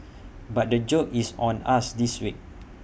but the joke is on us this week